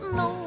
no